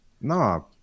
No